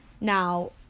Now